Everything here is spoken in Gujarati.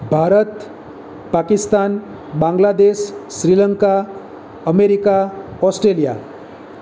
Bharat Pakistan Bangladesh Sri Lanka America Australia